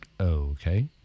Okay